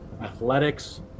athletics